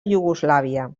iugoslàvia